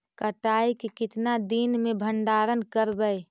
कटाई के कितना दिन मे भंडारन करबय?